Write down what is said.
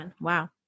Wow